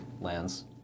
lands